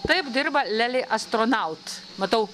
taip dirba lely astronaut matau